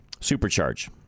supercharge